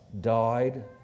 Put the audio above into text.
died